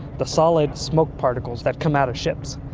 the solid smoke particles that come out of ships.